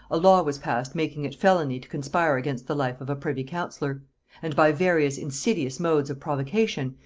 a law was passed making it felony to conspire against the life of a privy-counsellor and by various insidious modes of provocation,